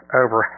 over